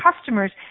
customers